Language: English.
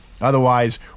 Otherwise